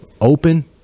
open